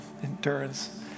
endurance